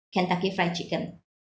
kentucky fried chicken